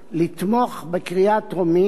לתמוך בקריאה טרומית,